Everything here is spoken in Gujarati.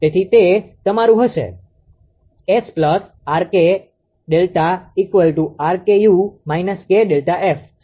તેથી તે તમારું હશે 𝑆 𝑅𝐾Δ 𝑅𝐾𝑢 − 𝐾ΔF